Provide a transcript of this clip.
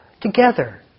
Together